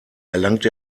erlangt